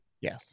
Yes